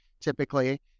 typically